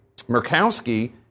Murkowski